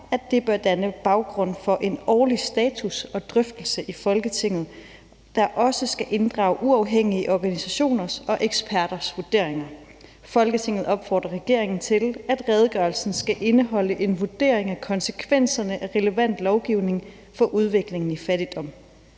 at det bør danne baggrund for en årlig status og drøftelse i Folketinget, der også skal inddrage uafhængige organisationers og eksperters vurderinger. Folketinget opfordrer regeringen til, at redegørelsen skal indeholde en vurdering af konsekvenserne af relevant lovgivning for udviklingen i fattigdom.